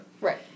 Right